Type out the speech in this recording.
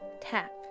tap